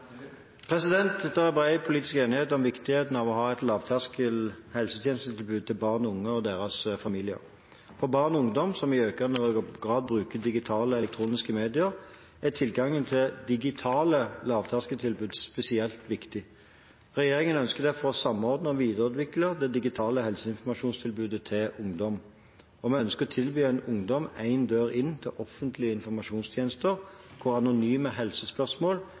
ha et lavterskel helsetjenestetilbud til barn og unge og deres familier. For barn og ungdom, som i økende grad bruker digitale og elektroniske medier, er tilgangen til digitale lavterskeltilbud spesielt viktig. Regjeringen ønsker derfor å samordne og videreutvikle det digitale helseinformasjonstilbudet til ungdom. Vi ønsker å tilby ungdom én dør inn til offentlige informasjonstjenester, hvor anonyme helsespørsmål